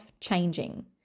changing